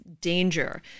danger